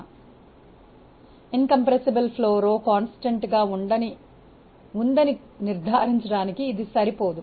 కుదించడానికి వీలుకాని ప్రవాహానికి రో స్థిరంగా ఉందని నిర్ధారించడానికి ఇది సరిపోదు